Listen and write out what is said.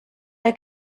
der